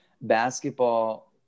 basketball